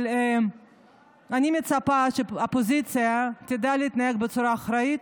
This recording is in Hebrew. אבל אני מצפה שהאופוזיציה תדע להתנהג בצורה אחראית,